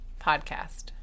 podcast